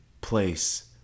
place